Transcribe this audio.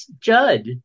Judd